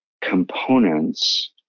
components